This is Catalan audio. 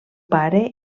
pare